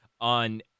on